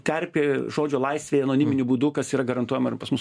terpė žodžio laisvei anoniminiu būdu kas yra garantuojama ir pas mus